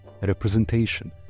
representation